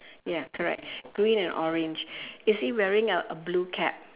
ya correct green and orange is he wearing a blue cap